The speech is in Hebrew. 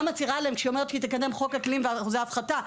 מצהירה עליהן כשהיא אומרת שהיא תקדם חוק אקלים ואחוזי הפחתה.